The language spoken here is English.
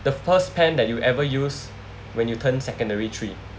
the first pen that you ever use when you turn secondary three